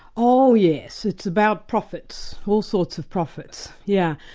oh yes, it's about prophets, all sorts of prophets, yeah